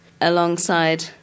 alongside